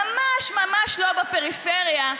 ממש ממש לא בפריפריה,